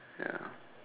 ya